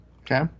okay